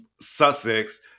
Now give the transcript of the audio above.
Sussex